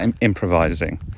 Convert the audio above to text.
improvising